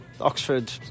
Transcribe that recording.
Oxford